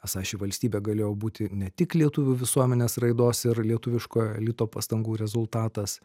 esą ši valstybė galėjo būti ne tik lietuvių visuomenės raidos ir lietuviškojo elito pastangų rezultatas